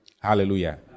Hallelujah